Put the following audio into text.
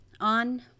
on